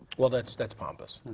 well that's that's pompous.